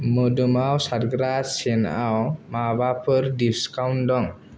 मोदोमाव सारग्रा सेन्टआव माबाफोर डिसकाउन्ट दं